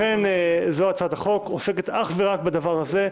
זאת הצעת החוק שעוסקת אך ורק בנושא הזה,